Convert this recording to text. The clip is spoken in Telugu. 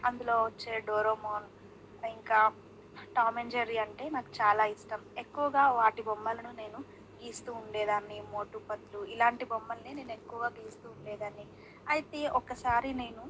అందులో వచ్చే డోరేమాన్ ఇంకా టామ్ అండ్ జెర్రీ అంటే నాకు చాలా ఇష్టం ఎక్కువగా వాటి బొమ్మలను నేను గీస్తూ ఉండేదాన్ని మోటుపత్లు ఇలాంటి బొమ్మల్ని నేను ఎక్కువ గీస్తూ ఉండేదాన్ని అయితే ఒకసారి నేను